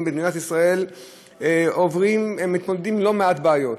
במדינת ישראל מתמודדים עם לא מעט בעיות,